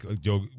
Joe